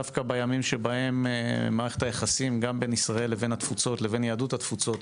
דווקא בימים שבהם מערכת היחסים בין ישראל לבין יהדות התפוצות